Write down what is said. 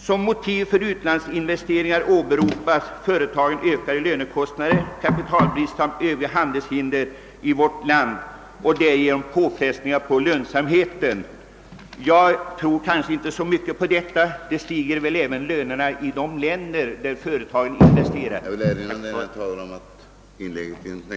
Som motiv för utlandsinvesteringar åberopas företagens ökade lönekostnader, kapitalbrist samt övriga handelshinder i vårt land och påfrestningar på lönsamheten med anledning därav. Lönerna i de länder där företagen investerar stiger väl också.